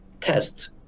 test